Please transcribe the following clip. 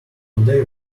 today